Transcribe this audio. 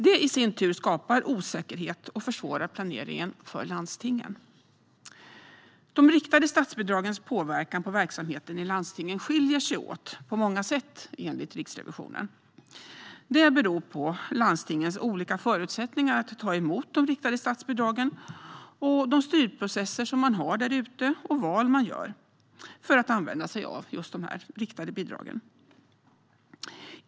Det i sin tur skapar osäkerhet och försvårar planeringen för landstingen. De riktade statsbidragens påverkan på verksamheten i landstingen skiljer sig åt på många sätt, enligt Riksrevisionen. Det beror på landstingens olika förutsättningar att ta emot de riktade statsbidragen, de styrprocesser man har där ute och de val man gör för att använda sig av just de riktade bidragen.